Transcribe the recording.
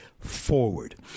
forward